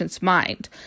mind